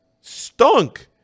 Stunk